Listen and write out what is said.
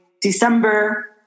December